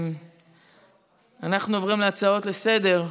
אנחנו עוברים להצעות לסדר-היום.